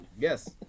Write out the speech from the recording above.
Yes